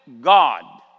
God